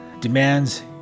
demands